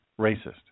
racist